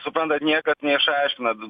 suprantat niekad neišaiškina